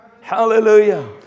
Hallelujah